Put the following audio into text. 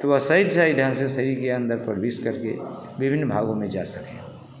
तो वह सही सही ढंग से शरीर के अंदर प्रवेश करके विभिन्न भागों में जा सकें